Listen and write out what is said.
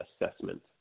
Assessment